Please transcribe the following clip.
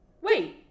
Wait